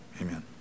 Amen